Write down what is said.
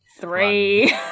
three